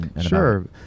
Sure